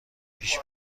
پیش